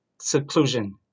Seclusion